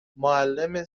معلم